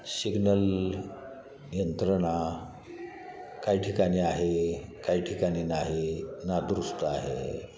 signal यंत्रणा काही ठिकाणी आहे काही ठिकाणी नाही नादुरुस्त आहे